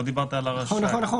לא דיברת על ה"רשאי".